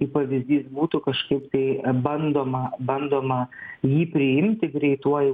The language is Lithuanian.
kaip pavyzdys būtų kažkaip tai bandoma bandoma jį priimti greituoju